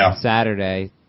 Saturday